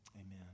Amen